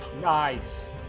Nice